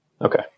Okay